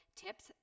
tips